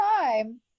time